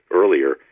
earlier